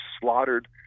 slaughtered